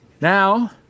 Now